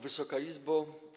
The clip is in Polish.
Wysoka Izbo!